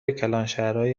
کلانشهرهایی